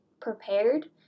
prepared